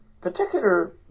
particular